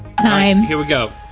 time. here we go.